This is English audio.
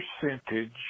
percentage